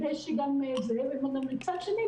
ומצד שני,